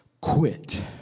quit